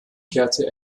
kehrte